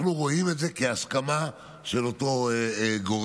אנחנו רואים את זה כהסכמה של אותו גורם.